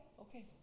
Okay